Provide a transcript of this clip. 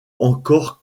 encore